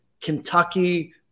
Kentucky